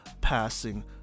passing